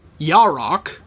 Yarok